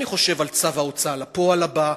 אני חושב על צו ההוצאה לפועל הבא,